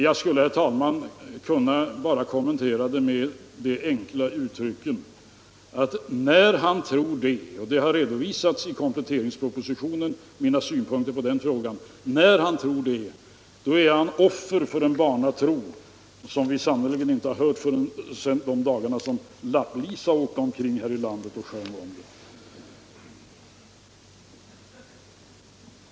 Jag skulle, herr talman, enkelt kunna kommentera det med att säga — mina synpunkter på frågan har redovisats i kompletteringspropositionen — att herr Burenstam Linder här nog är offer för en barnatro som vi sannerligen inte har hört så mycket om sedan de dagar då Lapplisa åkte omkring här i landet och sjöng om den.